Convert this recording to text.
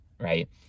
right